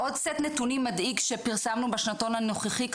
עוד סט נתונים מדאיג שפרסמנו בשנתון הנוכחי,